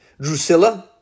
Drusilla